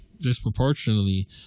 disproportionately